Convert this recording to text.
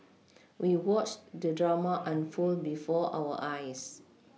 we watched the drama unfold before our eyes